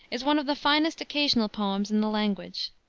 is one of the finest occasional poems in the language,